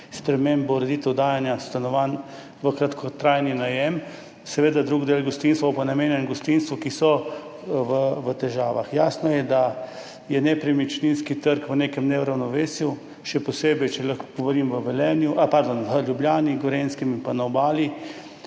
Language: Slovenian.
sprememb ureditev oddajanja stanovanj v kratkotrajni najem. Seveda, drugi del bo pa namenjen gostinstvu, ki je v težavah. Jasno je, da je nepremičninski trg v nekem neravnovesju, še posebej, če lahko govorim, v Ljubljani, na Gorenjskem in na Obali,